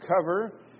cover